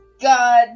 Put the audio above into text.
god